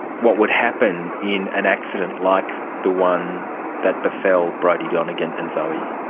what would happen in an accident like the one that befell brodie donegan and zoe?